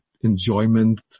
enjoyment